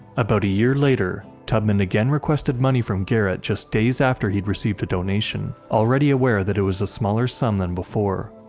about a year later, tubman again requested money from garrett just days after he'd received a donation, already aware that it was a smaller sum than before.